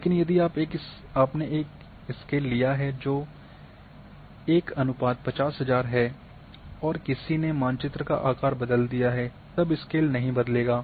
लेकिन यदि आप एक स्केल लिया है जो 1 50000 है और किसी ने मानचित्र का आकार बदल दिया है तब स्केल नहीं बदलेगा